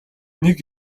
нэг